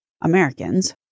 Americans